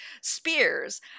spears